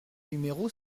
numéro